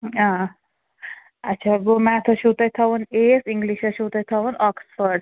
آ آچھا گوٚو میتھَس چھو تۄہہِ تھاوُن ایس اِنٛگلِشَس چھُو تۄہہِ تھاوُن آکٕسفٲرڈ